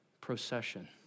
procession